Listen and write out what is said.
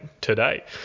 today